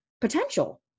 potential